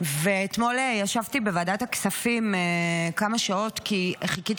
ואתמול ישבתי בוועדת הכספים כמה שעות כי חיכיתי